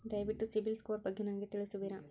ದಯವಿಟ್ಟು ಸಿಬಿಲ್ ಸ್ಕೋರ್ ಬಗ್ಗೆ ನನಗೆ ತಿಳಿಸುವಿರಾ?